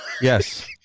Yes